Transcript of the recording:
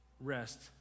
rest